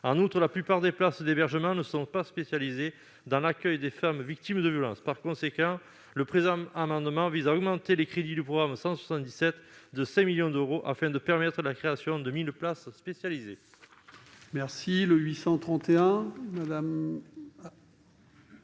En outre, la plupart des places d'hébergement ne sont pas spécialisées dans l'accueil des femmes victimes de violences. Par conséquent, le présent amendement vise à augmenter les crédits du programme 177 de 5 millions d'euros, afin de permettre la création de 1 000 places spécialisées.